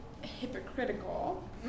hypocritical